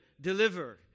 deliver